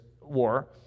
war